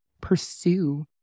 pursue